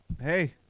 Hey